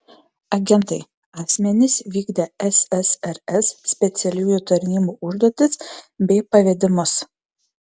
agentai asmenys vykdę ssrs specialiųjų tarnybų užduotis bei pavedimus